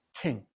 king